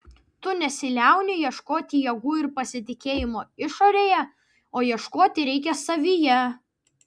tu nesiliauni ieškoti jėgų ir pasitikėjimo išorėje o ieškoti reikia savyje